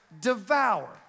devour